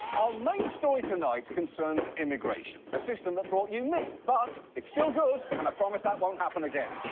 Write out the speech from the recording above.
main story tonight concerns immigration, the system that brought you me. but, it's still good, and i promise that won't happen again.